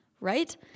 Right